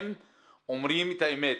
הם אומרים את האמת,